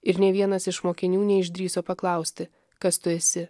ir nė vienas iš mokinių neišdrįso paklausti kas tu esi